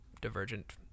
divergent